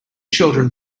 children